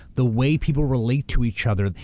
the way people relate to each other.